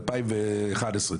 ב-2012,